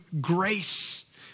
grace